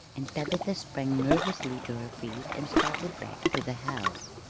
and tabitha sprang nervously to her feet and started back to the house.